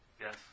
Yes